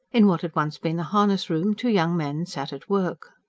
in what had once been the harness-room, two young men sat at work.